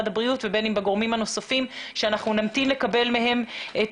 הבריאות ובין אם בקרב הגורמים הנוספים ואנחנו נמתין לקבל מהם את